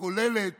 הכוללת